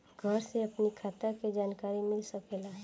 घर से अपनी खाता के जानकारी मिल सकेला?